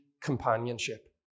companionship